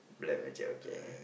black magic okay